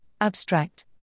Abstract